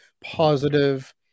positive